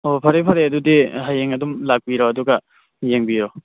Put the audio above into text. ꯑꯣ ꯐꯔꯦ ꯐꯔꯦ ꯑꯗꯨꯗꯤ ꯍꯌꯦꯡ ꯑꯗꯨꯝ ꯂꯥꯛꯄꯤꯔꯣ ꯑꯗꯨꯒ ꯌꯦꯡꯕꯤꯔꯣ